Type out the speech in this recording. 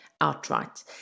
outright